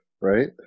right